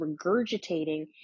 regurgitating